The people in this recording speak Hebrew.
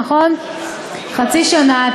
חצי שנה.